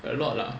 a lot lah